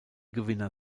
gewinner